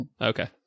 Okay